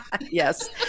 Yes